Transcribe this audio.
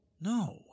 No